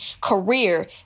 career